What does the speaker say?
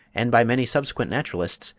and by many subsequent naturalists,